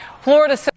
Florida